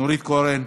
נורית קורן,